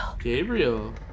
Gabriel